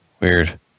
Weird